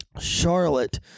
Charlotte